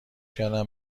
کردم